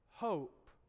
hope